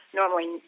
normally